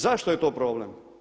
Zašto je to problem?